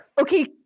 okay